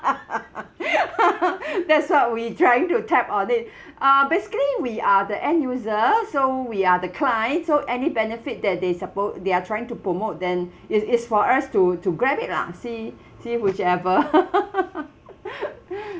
that's what we're trying to tap on it uh basically we are the end user so we are the client so any benefit that they suppo~ they are trying to promote then is is for us to to grab it lah see see whichever